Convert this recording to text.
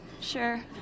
Sure